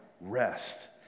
rest